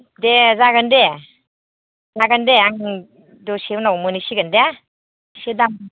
दे जागोन दे जागोन दे आं दसे उनाव मोनहैसिगोन दे एसे दाम